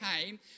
came